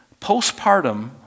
postpartum